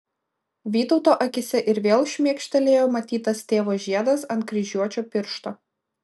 vytauto akyse ir vėl šmėkštelėjo matytas tėvo žiedas ant kryžiuočio piršto